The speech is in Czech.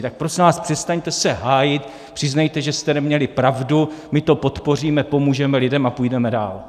Tak prosím vás, přestaňte se hájit, přiznejte, že jste neměli pravdu, my to podpoříme, pomůžeme lidem a půjdeme dál!